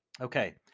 Okay